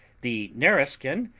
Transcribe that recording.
the nareskin,